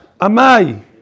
Amai